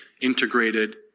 integrated